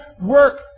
work